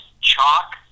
chalk